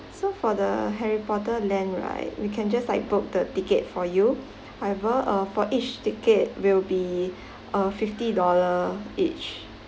so for the harry potter land right we can just like book the ticket for you however uh for each ticket will be uh fifty dollar each